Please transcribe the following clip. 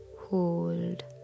hold